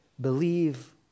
believe